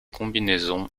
combinaisons